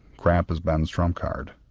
crap is ben's trump-card,